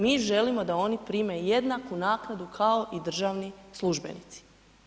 Mi želimo da oni prime jednaku naknadu kao i državni službenici.